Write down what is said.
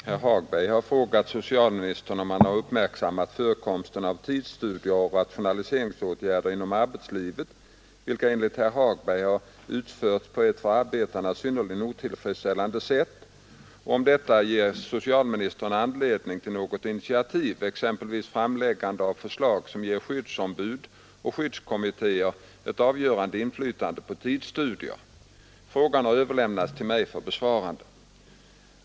Herr talman! Herr Hagberg har frågat socialministern om han har uppmärksammat förekomsten av tidsstudier och rationaliseringsåtgärder inom arbetslivet, vilka enligt herr Hagberg har utförts på ett för arbetarna synnerligen otillfredsställande sätt, och om detta ger socialministern anledning till något initiativ, exempelvis framläggande av förslag som ger skyddsombud och skyddskommittéer ett avgörande inflytande på tidsstudier. Frågan har överlämnats till mig för besvarande.